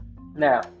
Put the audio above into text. now